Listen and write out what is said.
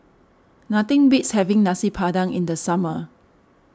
nothing beats having Nasi Padang in the summer